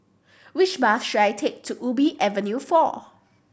which bus should I take to Ubi Avenue Four